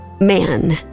man